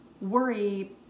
worry